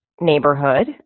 neighborhood